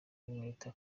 mwita